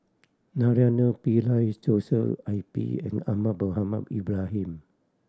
Naraina Pillai Joshua I P and Ahmad Mohamed Ibrahim